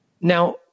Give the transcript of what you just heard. Now